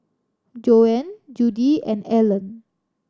Joann Judi and Alan